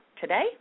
today